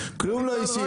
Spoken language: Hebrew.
אישי.